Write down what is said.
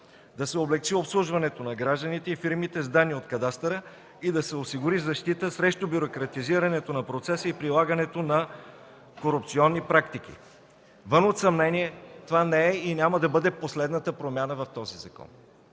да се облекчи обслужването на гражданите и фирмите с данни от кадастъра и да се осигури защита срещу бюрократизирането на процеса и прилагането на корупционни практики. Вън от съмнение това не е и няма да бъде последната промяна в този закон.